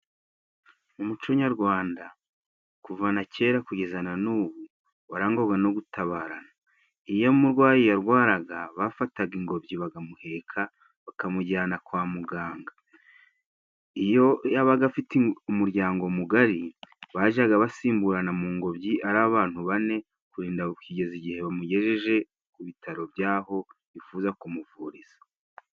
Umuco nyarwanda. Kuva na kera kugeza na n'ubu, warangwaga no gutabarana. Iyo umurwayi yarwaraga bafataga ingobyi bakamuheka bakamujyana kwa muganga. Iyo yabaga afite umuryango mugari bajyaga basimburana mu ngobyi ari abantu bane, kurinda kugeza igihe bamugejeje ku bitaro by'aho bifuza kumuvuriza.